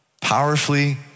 powerfully